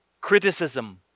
criticism